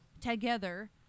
together